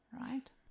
right